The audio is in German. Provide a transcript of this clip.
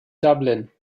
dublin